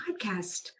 podcast